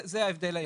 זה ההבדל היחיד.